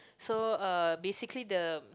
so uh basically the